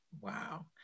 Wow